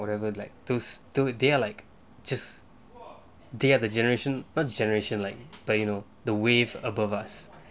whatever like those till they are like just they are the generation not generation like but you know the wave above us